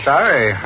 Sorry